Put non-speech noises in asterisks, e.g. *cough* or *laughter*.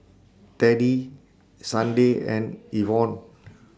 Teddie *noise* Sunday and Evon